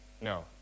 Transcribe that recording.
No